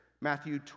Matthew